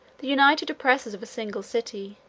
the united oppressors of a single city,